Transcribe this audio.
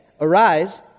Arise